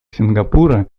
сингапура